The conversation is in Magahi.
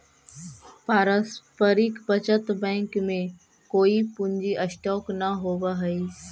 पारस्परिक बचत बैंक में कोई पूंजी स्टॉक न होवऽ हई